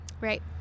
right